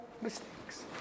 mistakes